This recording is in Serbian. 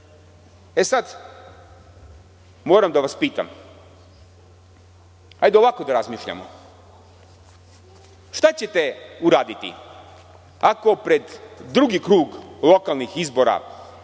nema. Sada moram da vas pitam, hajde ovako da razmišljamo – šta ćete uraditi ako pred drugi krug lokalnih izbora